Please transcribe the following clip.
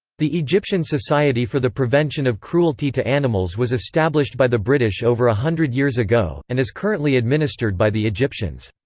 the egyptian society for the prevention of cruelty to animals was established by the british over a hundred years ago, and is currently administered by the egyptians.